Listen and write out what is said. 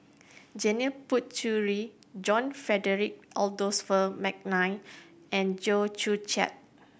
Janil Puthucheary John Frederick Adolphus McNair and Chew Joo Chiat